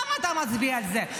למה אתה מצביע על זה?